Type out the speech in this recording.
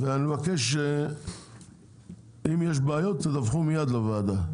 אני מבקש אם יש בעיות תדווחו מיד לוועדה,